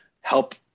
help